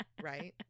right